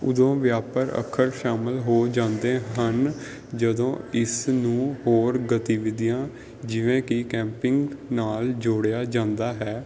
ਉਦੋਂ ਵਿਆਪਕ ਅੱਖਰ ਸ਼ਾਮਿਲ ਹੋ ਜਾਂਦੇ ਹਨ ਜਦੋਂ ਇਸ ਨੂੰ ਹੋਰ ਗਤੀਵਿਧੀਆਂ ਜਿਵੇਂ ਕਿ ਕੈਂਪਿੰਗ ਨਾਲ ਜੋੜਿਆ ਜਾਂਦਾ ਹੈ